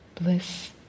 bliss